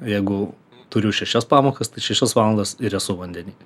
jeigu turiu šešias pamokas tai šešias valandas ir esu vandeny